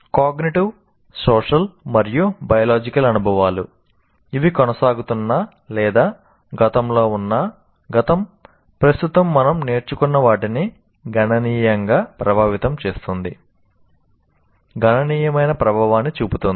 cognitive గణనీయమైన ప్రభావాన్ని చూపుతుంది